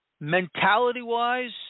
mentality-wise